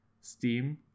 Steam